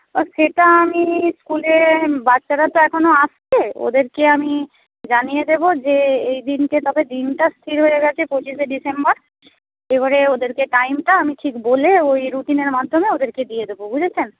সেটা আমি স্কুলে বাচ্চারা তো এখনো আসছে ওদেরকে আমি জানিয়ে দেবো যে এই দিনকে তবে দিনটা স্থির হয়ে গেছে পঁচিশে ডিসেম্বর এবারে ওদেরকে টাইমটা আমি ঠিক বলে ওই রুটিনের মাধ্যমে ওদেরকে দিয়ে দেবো বুঝেছেন